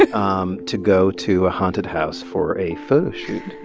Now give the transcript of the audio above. um to go to a haunted house for a photo shoot